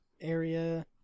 area